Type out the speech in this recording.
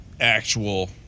actual